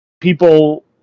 people